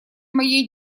моей